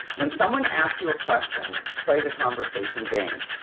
when someone asks you a question, play the conversation game.